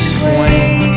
swing